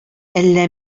әллә